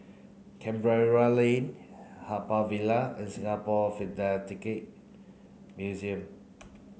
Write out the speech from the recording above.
Canberra Lane Haw Par Villa and Singapore Philatelic Museum